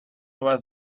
was